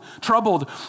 troubled